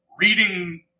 reading